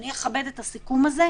ואני אכבד את הסיכום הזה,